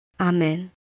Amen